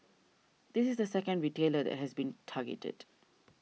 this is the second retailer that has been targeted